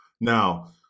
Now